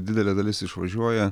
didelė dalis išvažiuoja